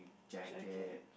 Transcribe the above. jacket